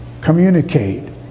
communicate